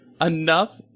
enough